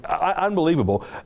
Unbelievable